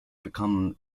become